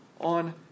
on